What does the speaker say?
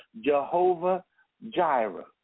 Jehovah-Jireh